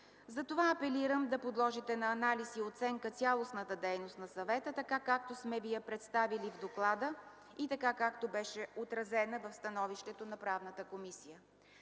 Затова апелирам да подложите на анализ и оценка цялостната дейност на съвета, така както сме ви я представили в доклада и беше отразена в становището на Правната комисия.